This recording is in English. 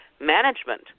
management